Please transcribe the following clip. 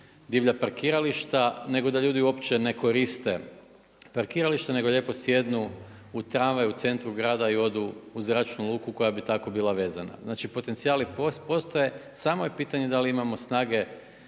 divlja parkirališta nego da ljudi uopće ne koriste parkirališta nego lijepo sjednu u tramvaj u centru grada i odu u zračnu luku koja bi tako bila vezana. Znači potencijali postoje, samo je pitanje da li imamo snage,